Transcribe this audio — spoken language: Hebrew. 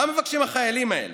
מה מבקשים החיילים האלה,